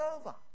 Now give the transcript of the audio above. over